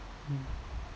mm